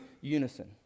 unison